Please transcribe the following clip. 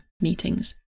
meetings